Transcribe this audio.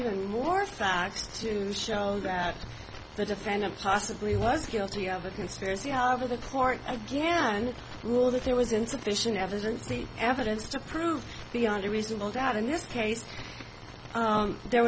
really more facts to shoulder at the defendant possibly was guilty of a conspiracy however the court again ruled that there was insufficient evidence the evidence to prove beyond a reasonable doubt in this case there